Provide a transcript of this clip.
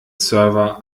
server